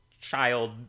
child